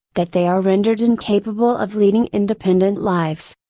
that they are rendered incapable of leading independent lives.